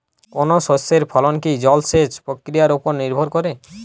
কোনো শস্যের ফলন কি জলসেচ প্রক্রিয়ার ওপর নির্ভর করে?